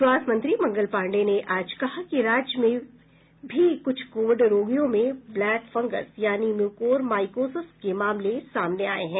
स्वास्थ्य मंत्री मंगल पांडेय ने आज कहा कि राज्य में भी क्छ कोविड रोगियों में ब्लैक फंगस यानी म्यूकोर माइकोसिस के मामले सामने आये हैं